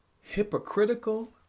hypocritical